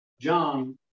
John